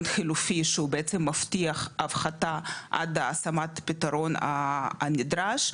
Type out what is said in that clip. חילופי שהוא בעצם מבטיח הפחתה על השמת הפתרון הנדרש,